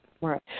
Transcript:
Right